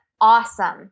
awesome